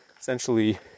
essentially